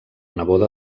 neboda